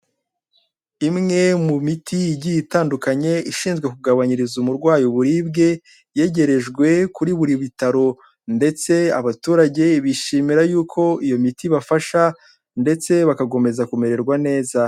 Imwe mu miti igiye itandukanye ishinzwe kugabanyiriza umurwayi uburibwe, yegerejwe kuri buri bitaro ndetse abaturage bishimira yuko iyo miti ibafasha ndetse bagakomeza kumererwa neza.